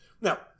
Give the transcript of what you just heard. Now